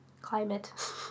climate